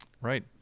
right